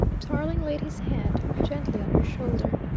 tarling laid his hand gently on her shoulder.